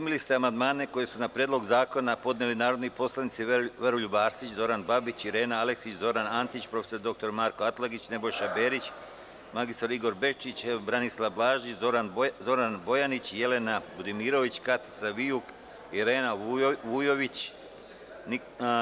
Primili ste amandmane koje su na predlog zakona podneli narodni poslanici: Veroljub Arsić, Zoran Babić, Irena Aleksić, Zoran Antić, prof dr. Marko Atlagić, Nebojša Berić, mr Igor Bečić, dr Branislav Blažić, Zoran Bojanić, Jelena Budimirović, Katica Vijuk, Irena Vujović, prim.